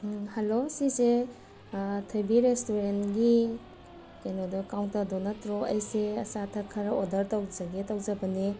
hello ꯁꯤꯁꯦ ꯊꯣꯏꯕꯤ ꯔꯦꯁꯇꯨꯔꯦꯟꯒꯤ ꯀꯩꯅꯣꯗꯣ ꯀꯥꯎꯟꯇꯔꯗꯣ ꯅꯠꯇ꯭ꯔꯣ ꯑꯩꯁꯦ ꯑꯆꯥ ꯑꯊꯛ ꯈꯔ ꯑꯣꯔꯗꯔ ꯇꯧꯖꯒꯦ ꯇꯧꯖꯕꯅꯦ